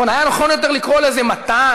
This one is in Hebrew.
היה נכון יותר לקרוא לזה: "מתן